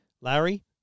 Larry